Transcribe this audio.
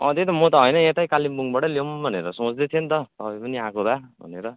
अँ त्यही त म त होइन यतै कालिम्पोङबाट ल्याऊँ भनेर सोच्दै थिएँ नि त तपाईँ पनि आएको भए भनेर